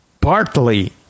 partly